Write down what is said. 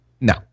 No